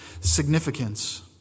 significance